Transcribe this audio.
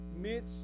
myths